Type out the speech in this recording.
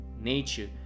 nature